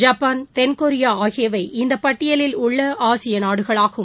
Japan தென்கொரியாஆகியவை இந்தபட்டியலில் உள்ளஆசியநாடுகளாகும்